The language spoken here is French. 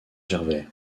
gervais